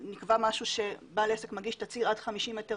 נקבע שבעל עסק מגיש תצהיר עד 50 מטרים